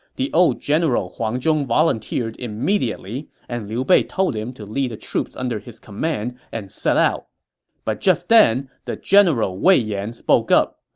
the old general huang zhong volunteered immediately, and liu bei told him to lead the troops under his command and set out but just then, the general wei yan spoke up.